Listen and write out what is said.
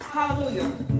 Hallelujah